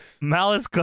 Malice